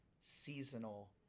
seasonal